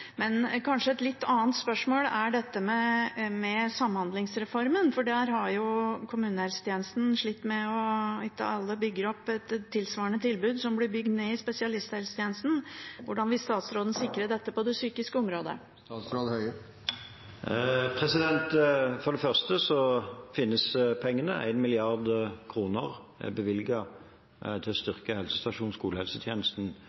Men kanskje et litt annet spørsmål er dette med samhandlingsreformen, for der har kommunehelsetjenesten slitt. Ikke alle bygger opp tilsvarende tilbud som det som blir bygd ned i spesialisthelsetjenesten. Hvordan vil statsråden sikre dette på det psykiske området? For det første finnes pengene. 1 mrd. kr er bevilget til å